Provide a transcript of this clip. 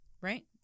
Right